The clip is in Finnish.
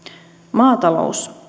maatalous